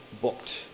booked